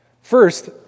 First